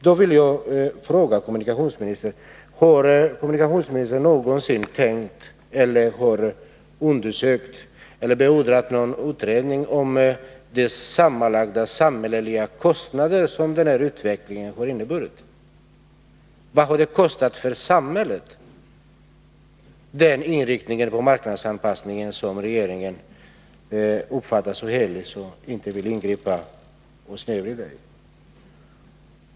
Då vill jag fråga kommunikationsministern: Har kommunikationsministern någonsin tänkt sig eller beordrat någon utredning om de sammanlagda, samhälleliga kostnader som den här utvecklingen har inneburit? Vad har det kostat för samhället med den inriktning på marknadsanpassning som regeringen uppfattar som så helig, att regeringen inte vill ingripa och stävja den?